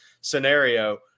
scenario